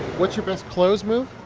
what's your best close move?